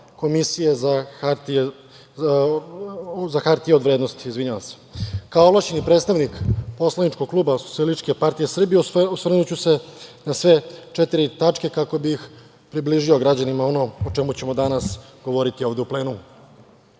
Komisije za hartije od vrednosti. Kao ovlašćeni predstavnik poslaničkog kluba SPS, osvrnuću se na sve četiri tačke, kako bih približio građanima ono o čemu ćemo danas govoriti ovde u